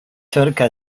zirka